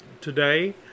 Today